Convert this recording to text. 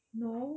no